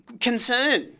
concern